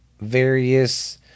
various